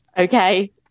Okay